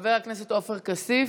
חבר הכנסת עופר כסיף,